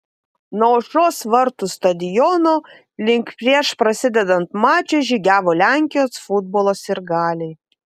nuo aušros vartų stadiono link prieš prasidedant mačui žygiavo lenkijos futbolo sirgaliai